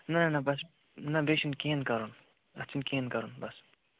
نَہ نَہ بَس نَہ بیٚیہِ چھُنہِ کِہیٖنۍ کَرُن اَتھ چھُنہٕ کِہیٖنۍ کَرُن بَس